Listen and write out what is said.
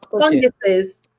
Funguses